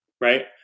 right